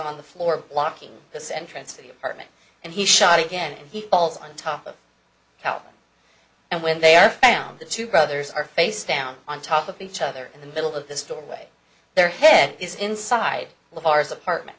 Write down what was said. on the floor blocking this entrance to the apartment and he shot again and he falls on top of helen and when they are found the two brothers are face down on top of each other in the middle of this doorway their head is inside the bars apartment